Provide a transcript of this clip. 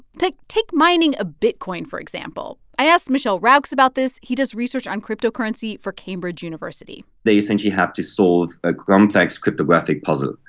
take take mining a bitcoin, for example. i asked michel rauchs about this. he does research on cryptocurrency for cambridge university they essentially have to solve a complex cryptographic puzzle,